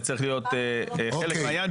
זה צריך להיות חלק מהעניין,